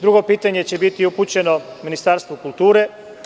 Drugo pitanje će biti upućeno Ministarstvu kulture.